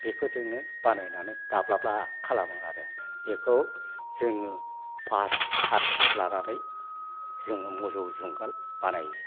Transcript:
बेफोरजोंनो बानायनानै दाब्लाबा खालामो आरो बेखौ जोङो फास हात लानानै जोङो मोसौ जुंगाल बानायो